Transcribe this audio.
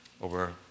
over